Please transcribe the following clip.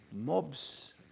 Mobs